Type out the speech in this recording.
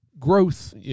growth